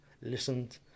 listened